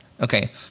Okay